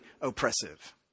oppressive